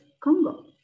Congo